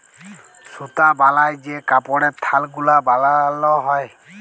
সুতা বালায় যে কাপড়ের থাল গুলা বালাল হ্যয়